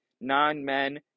non-men